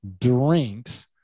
drinks